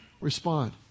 respond